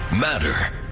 matter